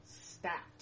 stat